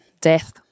death